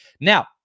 Now